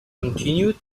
continued